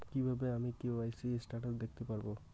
কিভাবে আমি KYC status দেখতে পারবো?